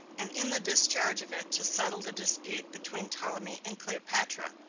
and in the discharge of it to settle the dispute between ptolemy and cleopatra,